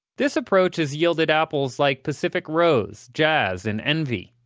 this approach has yielded apples like pacific rose, jazz and envy.